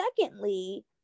secondly